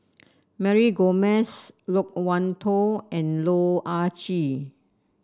Mary Gomes Loke Wan Tho and Loh Ah Chee